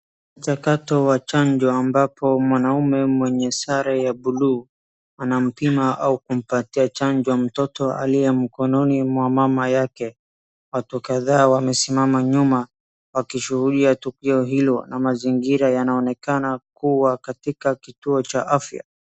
Mchakato wa chanjo ambapo mwanaume mwenye sare ya buluu anampima au kumpatia chanjo mtoto aliye mkononi wa mama yake. Watu kadhaa wamesimama nyuma wakishuhudia tukio Hilo na mazingira yanaonekan kuwa katika kituo cha afya.